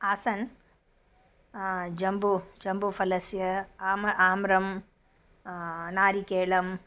आसन् जम्बु जम्बुफलस्य आम आम्रं नारिकेलम्